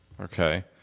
Okay